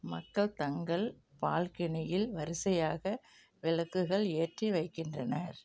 மக்கள் தங்கள் பால்கனியில் வரிசையாக விளக்குகள் ஏற்றி வைக்கின்றனர்